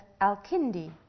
Al-Kindi